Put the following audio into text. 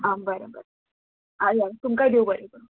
आं बरें बरें आं या तुमकां देव बरें करूं